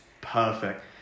perfect